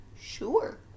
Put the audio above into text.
Sure